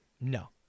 no